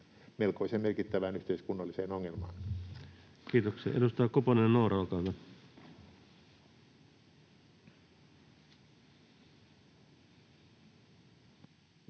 melkoisen merkittävään yhteiskunnalliseen ongelmaan? Kiitoksia. — Edustaja Koponen, Noora,